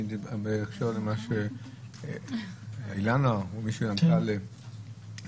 בהקשר למה שאילנה או מישהו ענתה לניצן,